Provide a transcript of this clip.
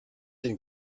den